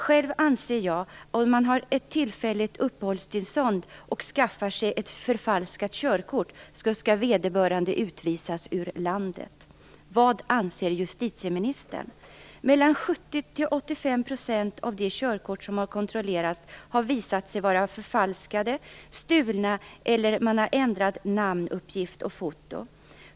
Själv anser jag att den som har ett tillfälligt uppehållstillstånd och skaffar sig ett förfalskat körkort skall utvisas ur landet. Mellan 70 och 85 % av de körkort som har kontrollerats har visat sig vara förfalskade eller stulna. Man har ändrat namnuppgift och foto.